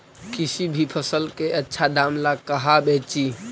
किसी भी फसल के आछा दाम ला कहा बेची?